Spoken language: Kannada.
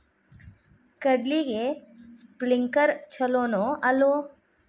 ಕಡ್ಲಿಗೆ ಸ್ಪ್ರಿಂಕ್ಲರ್ ಛಲೋನೋ ಅಲ್ವೋ?